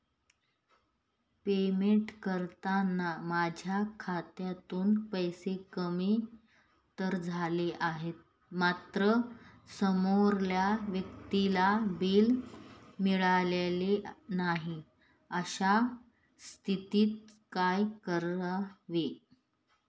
Payment करताना माझ्या खात्यातून पैसे कमी तर झाले आहेत मात्र समोरील व्यक्तीला बिल मिळालेले नाही, अशा स्थितीत काय करावे?